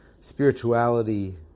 spirituality